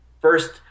first